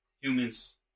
humans